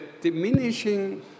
diminishing